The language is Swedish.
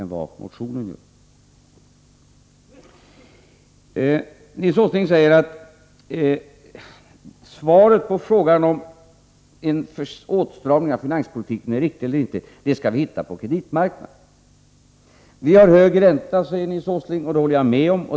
Nils Åsling framhåller att svaret på frågan om en åtstramning av finanspolitiken är riktig eller inte skall vi hitta på kreditmarknaden. Räntan är hög, säger Nils Åsling. Det håller jag med om.